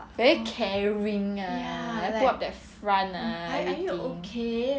very caring ah put up that front ah everything